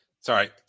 Sorry